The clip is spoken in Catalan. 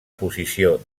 posició